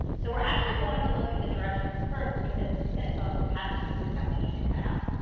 so we are actually going to look at the directions first because this is going to tell us the pattern pieces that we need to cutout.